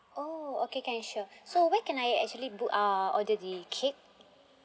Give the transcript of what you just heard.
oh okay can sure so where can I actually book uh order the cake